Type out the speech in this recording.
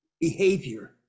behavior